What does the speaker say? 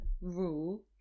rule